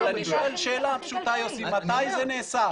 אני שואל שאלה פשוטה יוסי, מתי זה נעשה.